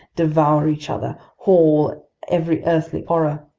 devour each other, haul every earthly horror.